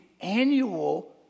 annual